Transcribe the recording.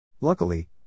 Luckily